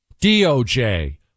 DOJ